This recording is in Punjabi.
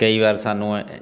ਕਈ ਵਾਰ ਸਾਨੂੰ